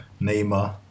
Neymar